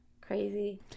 crazy